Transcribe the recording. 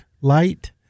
light